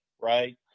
right